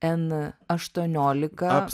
n aštuoniolika